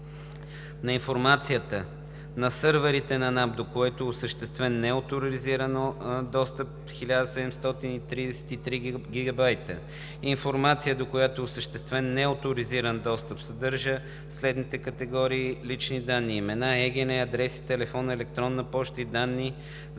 на информацията на сървъра на НАП, до който е осъществен неоторизиран достъп, е 1733 GB; информацията, до която е осъществен неоторизиран достъп, съдържа следните категории лични данни: имена, ЕГН, адреси, телефон, електронна поща и данни за